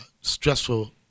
stressful